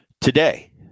Today